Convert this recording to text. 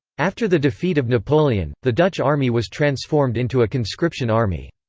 after the defeat of napoleon, the dutch army was transformed into a conscription army.